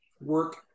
work